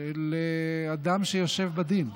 של אדם שיושב בדין,